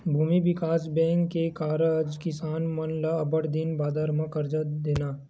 भूमि बिकास बेंक के कारज किसान मन ल अब्बड़ दिन बादर म करजा देना